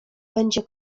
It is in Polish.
będzie